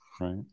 Right